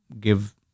give